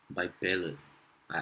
by ballot I